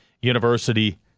university